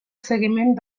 seguiment